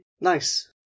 Nice